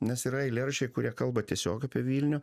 nes yra eilėraščiai kurie kalba tiesiog apie vilnių